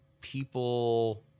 people